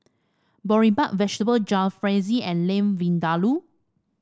Boribap Vegetable Jalfrezi and Lamb Vindaloo